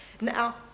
Now